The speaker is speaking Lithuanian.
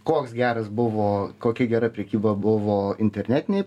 koks geras buvo kokia gera prekyba buvo internetinėj